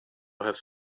has